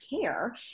care